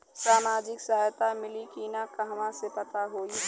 सामाजिक सहायता मिली कि ना कहवा से पता होयी?